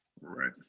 Right